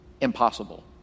impossible